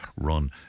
run